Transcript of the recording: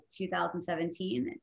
2017